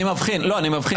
לא, אני מבחין.